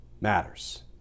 matters